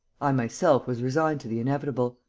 i myself was resigned to the inevitable.